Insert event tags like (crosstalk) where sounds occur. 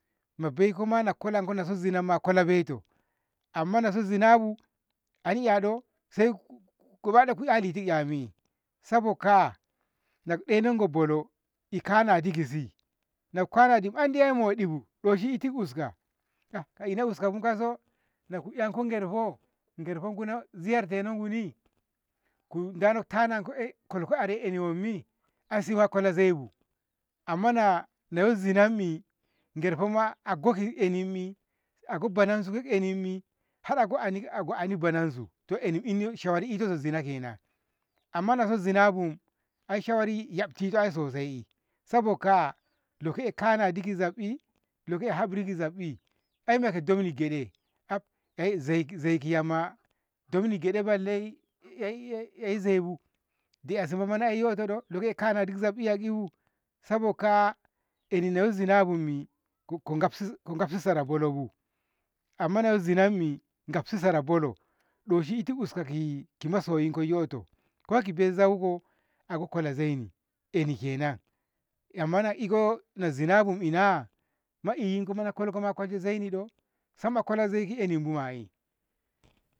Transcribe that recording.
me baikoma na kolnko sizinama a kwala baito amma naso zinabu andi 'yado sosai kubadaku gyalidin kyammi saboka'a nadainogo bono eh kanadi kisi, na kanadi andi eh moɗibu doshi itu uska a ina uskabu kauso na ku 'yanko garfo, garfon guno tiya dinobumi dano tanaku eh kolko are ehni wanse ai sima a kola zaibu amma nayo anzinammi gerfoma ako ehnimi har ago ani banansu to ehni- shawari ito zina kenan amma naso zina bu ai shawari yaftito sosai saboka'a lekoa kanadi ki zabbi loke hafbri ki zabbi ai kaga domni gyade am ai zai ki yamma domin ni kyade (hesitation) yo zaibu de'isi aiyotodai kanadi ki zabbi saboka'a ehnino zinabummi ko gafsi- ko gafsi sara bolobu amma naso zinammi gafsi sara bolo doshi itu uska ki masoyinko yoto ko ki bai zauko ago kola zaini ehniyye kenan amma na iko so zina bina maiyinko mana kolko zaini do? sama kola zaiki ehninku ma'e.